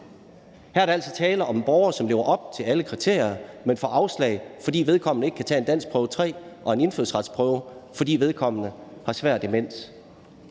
Her er der altså tale om en borger, som lever op til alle kriterier, men får afslag, fordi vedkommende ikke kan tage danskprøve 3 og en indfødsretsprøve, fordi vedkommende har svær demens.